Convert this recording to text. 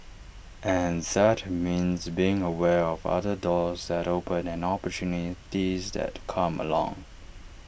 and that means being aware of other doors that open and opportunities that come along